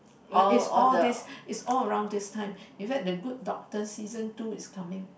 is all this is all around this time in fact the Good Doctor season two is coming